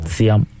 Siam